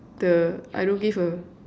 the I don't give a